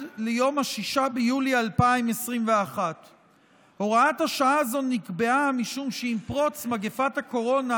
ליום 6 ביולי 2021. הוראת השעה הזו נקבעה משום שעם פרוץ מגפת הקורונה